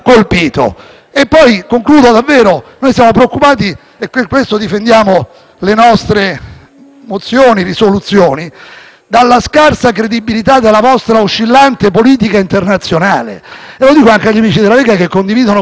nostre risoluzioni - dalla scarsa credibilità della vostra oscillante politica internazionale. Lo dico anche agli amici della Lega, che condividono con noi tradizionalmente posizioni più serie. Noi stiamo facendo caos sugli F-35.